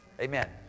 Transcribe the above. Amen